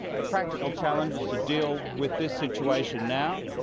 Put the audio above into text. the practical challenge is to deal with this situation, now.